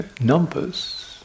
Numbers